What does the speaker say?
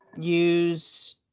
use